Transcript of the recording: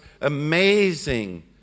amazing